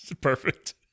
Perfect